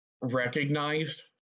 recognized